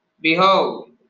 Behold